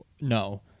No